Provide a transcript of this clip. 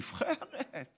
נבחרת.